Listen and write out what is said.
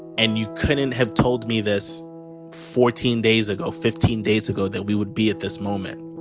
and you couldn't have told me this fourteen days ago, fifteen days ago, that we would be at this moment